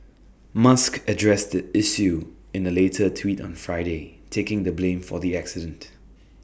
musk addressed the issue in A later tweet on Friday taking the blame for the accident